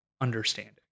understanding